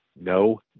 no